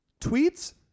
Tweets